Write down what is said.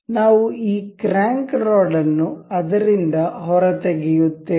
ನಾವು ಈ crank rod ಅನ್ನು ಅದರಿಂದ ಹೊರತೆಗೆಯುತ್ತೇವೆ